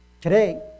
Today